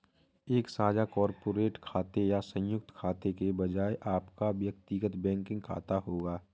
एक साझा कॉर्पोरेट खाते या संयुक्त खाते के बजाय आपका व्यक्तिगत बैंकिंग खाता होगा